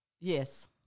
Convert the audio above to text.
Yes